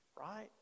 right